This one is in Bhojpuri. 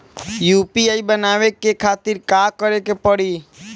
यू.पी.आई बनावे के खातिर का करे के पड़ी?